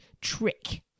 trick